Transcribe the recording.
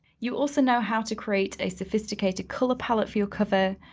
you also know how to create a sophisticated color palette for your cover,